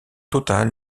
total